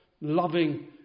loving